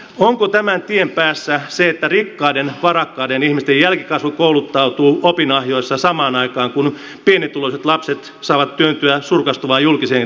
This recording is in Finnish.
onko tämän tien päässä se että rikkaiden varakkaiden ihmisten jälkikasvu kouluttautuu laadukkaissa opinahjoissa samaan aikaan kun pienituloisten lapset saavat tyytyä surkastuvaan julkiseen koulutukseen